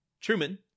Truman